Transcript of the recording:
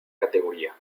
categoría